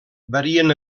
varien